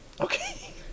Okay